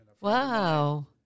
Wow